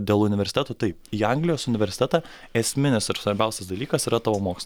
dėl universitetų taip į anglijos universitetą esminis ir svarbiausias dalykas yra tavo mokslai